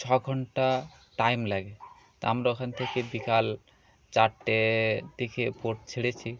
ছ ঘন্টা টাইম লাগে তা আমরা ওখান থেকে বিকাল চারটে দেখ বোট ছেড়েছি